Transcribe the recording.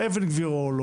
או אבן גבירול,